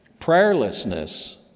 Prayerlessness